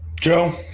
Joe